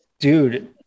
Dude